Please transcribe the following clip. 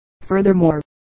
Furthermore